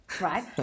right